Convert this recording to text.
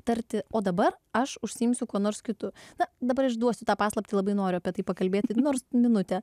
tarti o dabar aš užsiimsiu kuo nors kitu na dabar išduosiu tą paslaptį labai noriu apie tai pakalbėti nors minutę